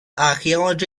archaeology